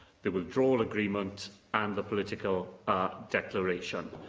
the withdrawal agreement and the political declaration.